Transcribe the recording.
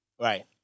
Right